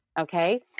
Okay